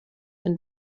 and